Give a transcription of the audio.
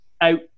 out